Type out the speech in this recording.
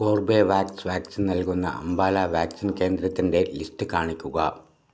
Corbevax vaccine നൽകുന്ന Ambala vaccine കേന്ദ്രത്തിൻ്റെ list കാണിക്കുക